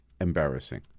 embarrassing